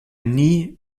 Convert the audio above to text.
nie